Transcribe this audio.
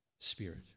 Spirit